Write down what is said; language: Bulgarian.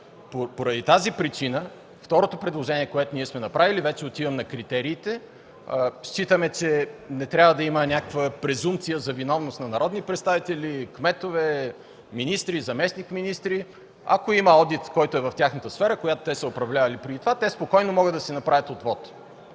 Поради тази причина второто предложение, което ние сме направили, вече отивам на критериите – считаме, че не трябва да има някаква презумпция за виновност на народни представители, кметове, министри, заместник-министри. Ако има одит, който е в сферата, която те са управлявали преди това, спокойно могат да си направят отвод.